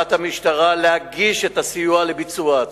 בכוונת המשטרה להגיש את הסיוע לביצוע הצו.